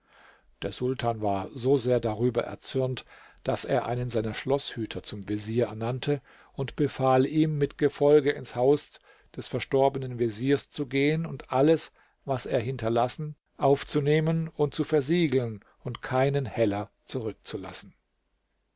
der sultan war so sehr darüber erzürnt daß er einen seiner schloßhüter zum vezier ernannte und befahl ihm mit gefolge ins haus des verstorbenen veziers zu gehen alles was er hinterlassen aufzunehmen und zu versiegeln und keinen heller zurückzulassen